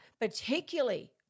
particularly